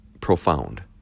profound